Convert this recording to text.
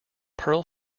pearl